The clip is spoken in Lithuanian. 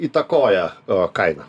įtakoja a kainą